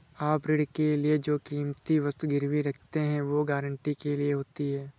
आप ऋण के लिए जो कीमती वस्तु गिरवी रखते हैं, वो गारंटी के लिए होती है